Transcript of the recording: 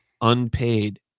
unpaid